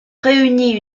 réunies